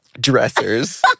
Dressers